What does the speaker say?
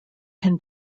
can